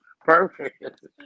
Perfect